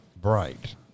bright